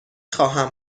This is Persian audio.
خواهم